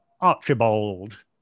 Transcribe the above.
Archibald